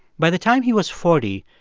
by the time he was forty,